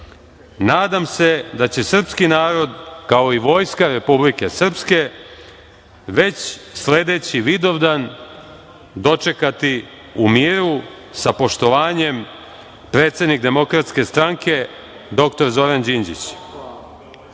Nadam se da će srpski narod, kao i Vojska Republike Srpske, već sledeći Vidovdan dočekati u miru sa poštovanjem, predsednik DS doktor Zoran Đinđić.“Samo